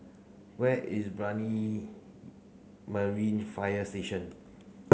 where is Brani Marine Fire Station